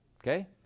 Okay